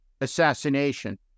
assassination